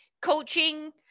coaching